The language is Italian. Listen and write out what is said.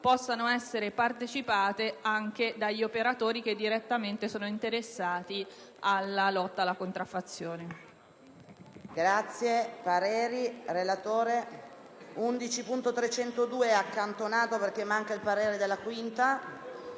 possano essere partecipate anche dagli operatori che direttamente sono interessati alla lotta alla contraffazione.